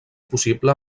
possible